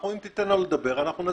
אם תיתן לנו לדבר, אנחנו נסביר.